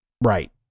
right